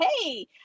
hey